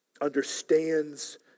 understands